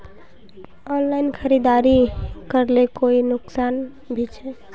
Online खरीदारी करले कोई नुकसान भी छे?